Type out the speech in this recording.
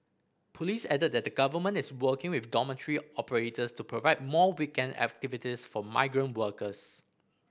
police added that the Government is working with dormitory operators to provide more weekend activities for migrant workers